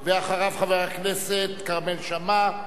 אחריו, חבר הכנסת כרמל שאמה.